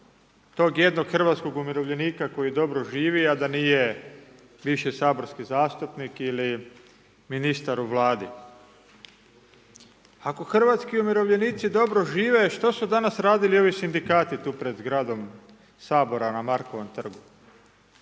tog jednog hrvatskog umirovljenika koji dobro živi, a da nije više saborski zastupnik ili ministar u Vladi. Ako hrvatski umirovljenici dobro žive, što su danas radili ovi Sindikati tu pred zgradom Sabora na Markovom trgu,